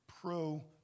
pro